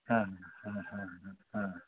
हां हां हां हां हां